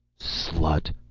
slut!